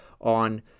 on